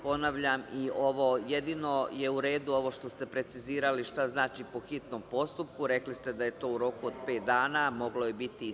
Ponavljam, jedino je u redu ovo što ste precizirali šta znači po hitnom postupku, rekli ste da je to u roku od pet dana, moglo je biti i tri, sedam.